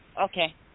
Okay